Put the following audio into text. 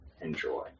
enjoy